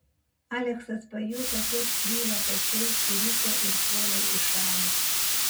aleksas pajuto kaip svyla pečiai suriko ir puolė į šalį